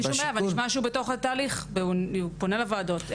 נשמע שהוא בתוך התהליך, הוא פונה לוועדות.